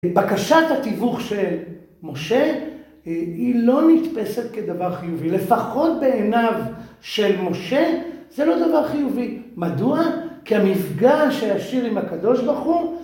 בקשת התיוווך של משה היא לא נתפסת כדבר חיובי, לפחות בעיניו של משה זה לא דבר חיובי. מדוע? כי המפגש הישיר עם הקדוש ברוך הוא.